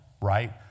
right